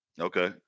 Okay